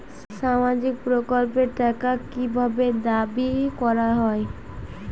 সামাজিক প্রকল্পের টাকা কি ভাবে দাবি করা হয়?